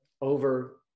over